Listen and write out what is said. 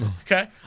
Okay